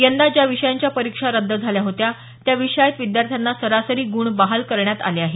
यंदा ज्या विषयांच्या परीक्षा रद्द झाल्या होत्या त्या विषयांत विद्यार्थ्यांना सरासरी गुण बहाल करण्यात आले आहेत